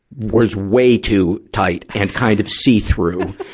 was way too tight and kind of see-through.